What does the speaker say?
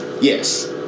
yes